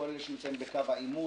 כל אלה שנמצאים בקו העימות,